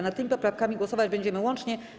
Nad tymi poprawkami głosować będziemy łącznie.